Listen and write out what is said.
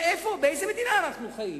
באיזו מדינה אנחנו חיים?